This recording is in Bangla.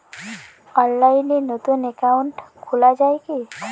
অনলাইনে নতুন একাউন্ট খোলা য়ায় কি?